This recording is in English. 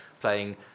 playing